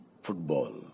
football